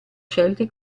scelti